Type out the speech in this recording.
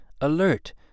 alert